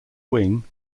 wing